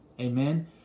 Amen